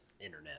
internet